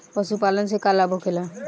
पशुपालन से का लाभ होखेला?